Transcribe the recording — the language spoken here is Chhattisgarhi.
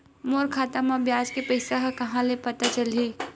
मोर खाता म ब्याज के पईसा ह कहां ले पता चलही?